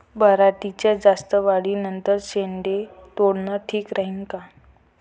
पराटीच्या जास्त वाढी नंतर शेंडे तोडनं ठीक राहीन का?